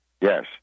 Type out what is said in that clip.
Yes